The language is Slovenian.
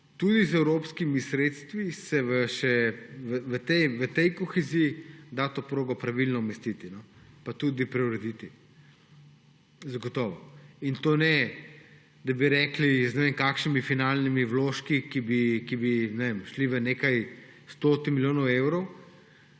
tudi z evropskimi sredstvi še v tej koheziji da to progo pravilno umestiti pa tudi preurediti, zagotovo. In to ne, da bi rekli z ne vem kakšnimi finalnimi vložki, ki bi šli v stotine milijonov evrov,